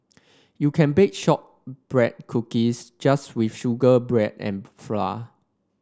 you can bake shortbread cookies just with sugar bread and flour